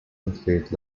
include